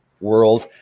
world